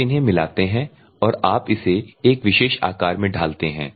आप इन्हें मिलाते हैं और आप इसे एक विशेष आकार में ढालते हैं